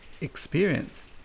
experience